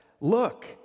look